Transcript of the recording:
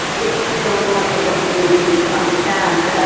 it's still something that we really need to understand.